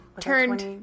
turned